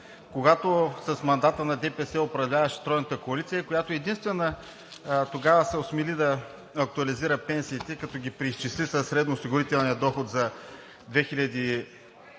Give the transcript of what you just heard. когато с мандата на ДПС управляваше Тройната коалиция, която единствена се осмели да актуализира пенсиите, като ги преизчисли със средноосигурителния доход за 2007 г.